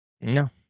No